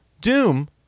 Doom